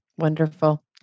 Wonderful